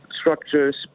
structures